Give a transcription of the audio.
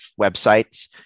websites